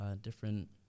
different